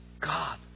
God